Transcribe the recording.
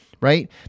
Right